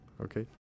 Okay